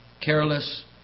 careless